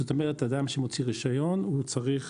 זאת אומרת שאדם שמוציא רישיון הוא צריך